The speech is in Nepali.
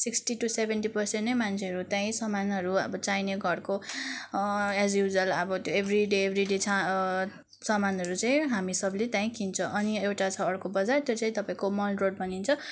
सिक्सटी टु सेभेन्टी पर्सेन्ट नै मान्छेहरू त्यहीँ सामानहरू अब चाहिने घरको एज युज्वल अब त्यो एभ्री डे एभ्री डे चा सामानहरू चाहिँ हामी सबले त्यहीँ किन्छ अनि एउटा छ अर्को छ बजार त्यो चाहिँ तपाईँको मल रोड भनिन्छ